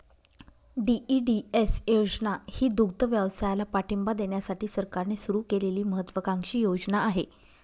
DEDS योजना ही दुग्धव्यवसायाला पाठिंबा देण्यासाठी सरकारने सुरू केलेली महत्त्वाकांक्षी योजना आहे